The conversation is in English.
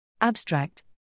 Abstract